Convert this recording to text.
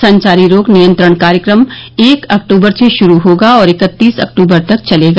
संचारी रोग नियंत्रण कार्यक्रम एक अक्टूबर से शुरू होगा और इकतीस अक्टूबर तक चलेगा